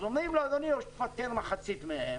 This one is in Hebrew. אז אומרים לו, אדוני, או שתפטר מחצית מהם